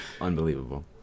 Unbelievable